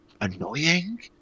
annoying